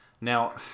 now